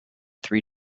three